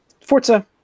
Forza